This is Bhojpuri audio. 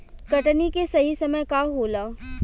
कटनी के सही समय का होला?